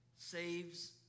saves